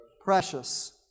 Precious